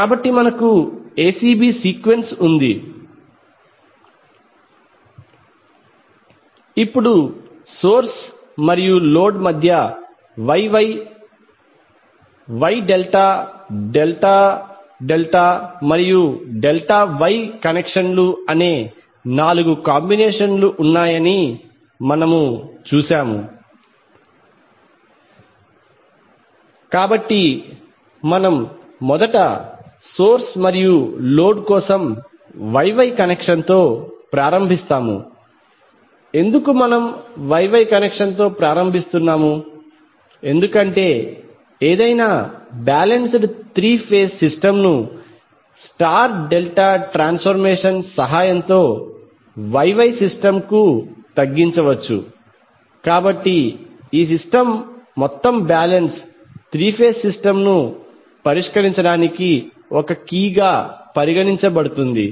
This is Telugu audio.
కాబట్టి మనకు acb సీక్వెన్స్ ఉంది ఇప్పుడు సోర్స్ మరియు లోడ్ మధ్య Y Y Y delta delta delta మరియు డెల్టా Y కనెక్షన్లు అనే నాలుగు కాంబినేషన్లు ఉన్నాయని మనము చూశాము కాబట్టి మనం మొదట సోర్స్ మరియు లోడ్ కోసం YY కనెక్షన్తో ప్రారంభిస్తాము ఎందుకు మనము YY కనెక్షన్తో ప్రారంభిస్తున్నాము ఎందుకంటే ఏదైనా బాలెన్స్డ్ త్రీ ఫేజ్ సిస్టమ్ ను స్టార్ డెల్టా ట్రాన్సఫర్మేషన్ సహాయంతో YY సిస్టమ్ కు తగ్గించవచ్చు కాబట్టి ఈ సిస్టమ్ మొత్తం బ్యాలెన్స్ త్రీ ఫేజ్ సిస్టమ్ను పరిష్కరించడానికి ఒక కీ గా పరిగణించబడుతుంది